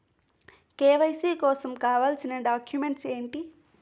KYC కోసం కావాల్సిన documents ఎంటి?